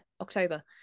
october